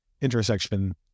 intersection